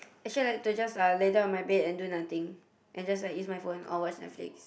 actually I like to just uh lay down on my bed and do nothing and just like use my phone or watch Netflix